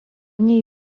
nei